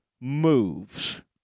moves